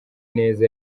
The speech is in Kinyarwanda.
ineza